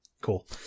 Cool